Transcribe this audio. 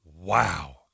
Wow